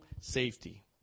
safety